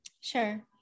Sure